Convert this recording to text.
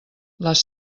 les